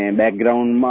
background